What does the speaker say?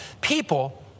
People